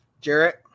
Jarrett